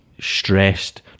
stressed